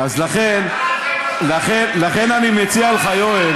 אתה יודע מה זה הדר בית"רי?